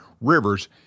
rivers